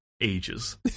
ages